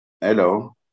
Hello